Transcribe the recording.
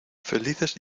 felices